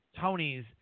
Tony's